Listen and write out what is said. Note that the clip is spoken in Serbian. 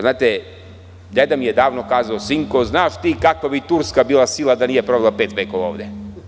Znate, deda mi je davno kazao – sinko, znaš ti kakva bi Turska bila sila da nije provela pet vekova ovde?